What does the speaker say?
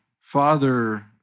Father